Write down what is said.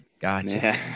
Gotcha